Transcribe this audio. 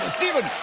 stephen,